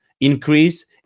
increase